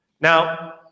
Now